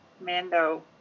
Mando